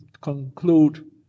conclude